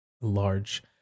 large